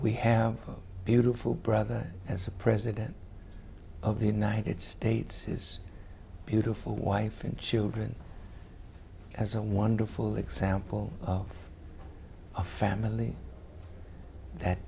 we have beautiful brother as a president of the united states is beautiful wife and children as a wonderful example of a family that